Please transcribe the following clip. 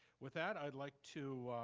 with that, i'd like to,